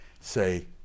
say